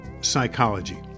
psychology